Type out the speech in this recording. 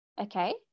okay